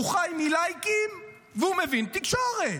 הוא חיי מלייקים והוא מבין תקשורת.